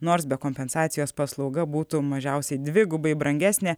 nors be kompensacijos paslauga būtų mažiausiai dvigubai brangesnė